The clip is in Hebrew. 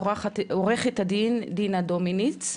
עוה"ד דינה דומיניץ.